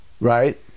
right